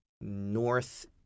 North